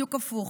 בדיוק הפוך.